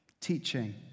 Teaching